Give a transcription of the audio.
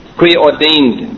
preordained